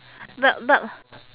but but